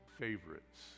favorites